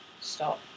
stop